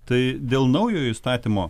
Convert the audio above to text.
tai dėl naujojo įstatymo